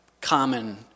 common